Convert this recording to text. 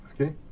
okay